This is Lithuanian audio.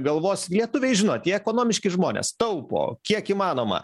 galvos lietuviai žinot jie ekonomiški žmonės taupo kiek įmanoma